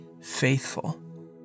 faithful